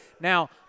now